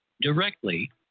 directly